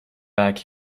back